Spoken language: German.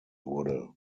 wurde